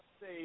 say